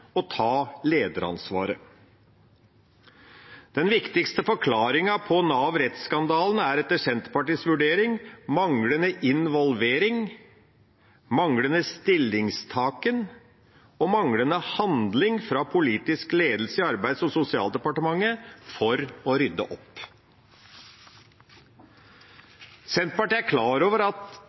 ta lederansvaret. Den viktigste forklaringen på Nav-rettsskandalen er etter Senterpartiets vurdering manglende involvering, manglende stillingtagen og manglende handling fra politisk ledelse i Arbeids- og sosialdepartementet for å rydde opp. Senterpartiet er klar over at